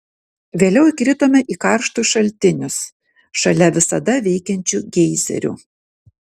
vėliau įkritome į karštus šaltinius šalia visada veikiančių geizerių